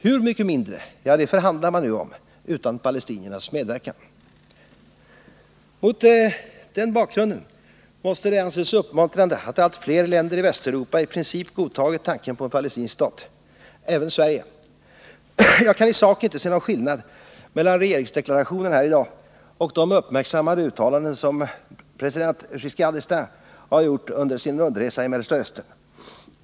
Hur mycket mindre förhandlar man nu om =— utan palestiniernas medverkan. Mot den bakgrunden måste det emellertid anses uppmuntrande att allt fler länder i Västeuropa i princip godtagit tanken på en palestinsk stat. Även Sverige. Jag kan i sak inte se någon skillnad mellan regeringsdeklarationen här i dag och de uppmärksammade uttalanden som president Giscard d'Estaing gjort under sin rundresa i Mellersta Östern.